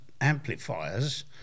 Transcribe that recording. amplifiers